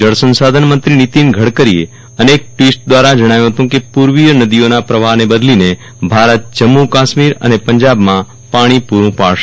જળ સંશાધન મંત્રી નીતિન ગડકરીઅ એક ટવીટ દવારા જણાવ્યું હત કે પુર્વિય નદીઓના પ્રવાહ ન બદલીને ભારત જમ્મ કાશ્મીર અન પંજાબમાં પાણો પુરું પાડશ